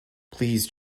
please